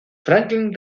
franklin